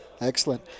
Excellent